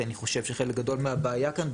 כי אני חושב שחלק גדול מהבעיה כאן,